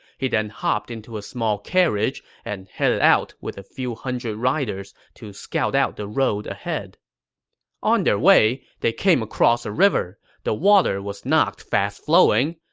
he then hopped into a small carriage and headed out with a few hundred riders to scout out the road ahead on their way, they came across a river. the water was not fast flowing,